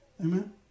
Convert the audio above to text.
Amen